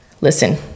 listen